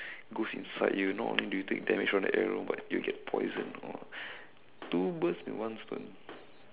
goes inside you not only do you take damage from the arrow but you get poisoned !wah! two birds with one stone